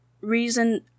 reason